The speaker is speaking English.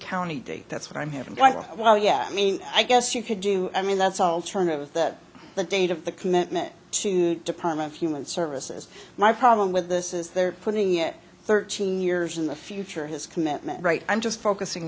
recount a date that's what i'm having quite a while yeah i mean i guess you could do i mean that's all term of that the date of the commitment to department of human services my problem with this is they're putting it thirteen years in the future his commitment right i'm just focusing